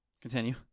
Continue